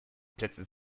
plätze